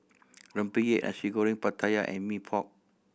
rempeyek Nasi Goreng Pattaya and Mee Pok